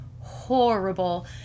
horrible